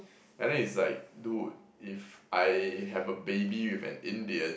and then is like dude if I have a baby with an Indian